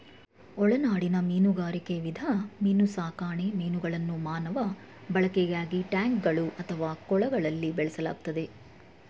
ಒಳನಾಡಿನ ಮೀನುಗಾರಿಕೆ ವಿಧ ಮೀನುಸಾಕಣೆ ಮೀನುಗಳನ್ನು ಮಾನವ ಬಳಕೆಗಾಗಿ ಟ್ಯಾಂಕ್ಗಳು ಅಥವಾ ಕೊಳಗಳಲ್ಲಿ ಬೆಳೆಸಲಾಗ್ತದೆ